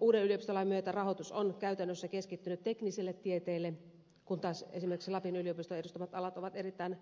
uuden yliopistolain myötä rahoitus on käytännössä keskittynyt tekniselle tieteelle kun taas esimerkiksi lapin yliopistoa edustavat alat ovat erittäin